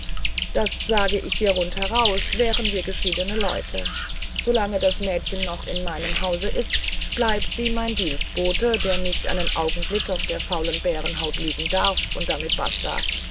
das sage ich dir rundheraus wären wir geschiedene leute solange das mädchen noch in meinem hause ist bleibt sie mein dienstbote der nicht einen augenblick auf der faulen bärenhaut liegen darf und damit basta